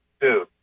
two